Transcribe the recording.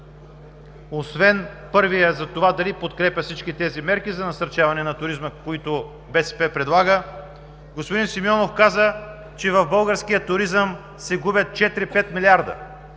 освен първият, за това дали подкрепя всички тези мерки за насърчаване на туризма, които БСП предлага, господин Симеонов, каза, че в българския туризъм се губят 4-5 милиарда,